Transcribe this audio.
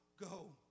go